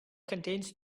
contains